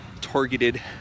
targeted